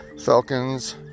falcons